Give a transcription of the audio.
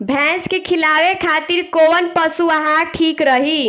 भैंस के खिलावे खातिर कोवन पशु आहार ठीक रही?